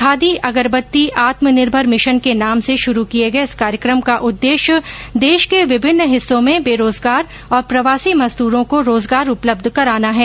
khadi Agarbatti Atmanirbhar mission के नाम से शुरु किए गए इस कार्यक्रम का उद्देश्य देश के विभिन्न हिस्सो में बेरोजगार और प्रवासी मजदूरो को रोजगार उपलब्ध कराना है